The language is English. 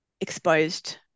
exposed